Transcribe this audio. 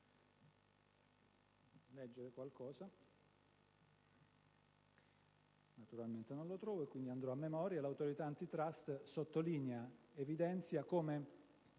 l'Autorità *antitrust* sottolinea ed evidenzia come